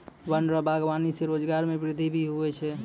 वन रो वागबानी से रोजगार मे वृद्धि भी हुवै छै